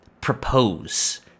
propose